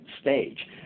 stage